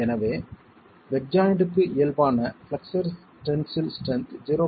எனவே பெட் ஜாய்ண்ட்க்கு இயல்பான பிளெக்ஸ்ஸர் டென்சில் ஸ்ட்ரென்த் 0